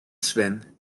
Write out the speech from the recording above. sven